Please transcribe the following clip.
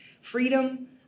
freedom